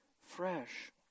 fresh